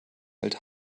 hält